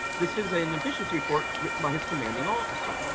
this is an efficiency report written by his commanding officer.